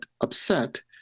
upset